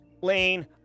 Lane